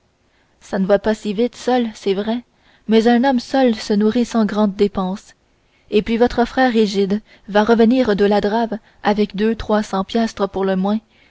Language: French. ça ne va pas si vite seul c'est vrai mais un homme seul se nourrit sans grande dépense et puis votre frère égide va revenir de la drave avec deux trois cents piastres pour le moins